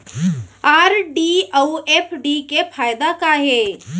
RD अऊ FD के फायेदा का हे?